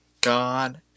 God